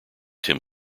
tim